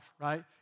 right